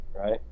right